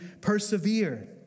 persevere